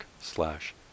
slash